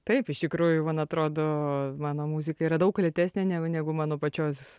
taip iš tikrųjų man atrodo mano muzika yra daug lėtesnė negu mano pačios